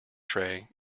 tray